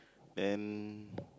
then